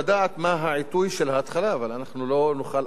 אבל אנחנו לא נוכל אף פעם לדעת איך זה ייגמר,